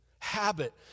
Habit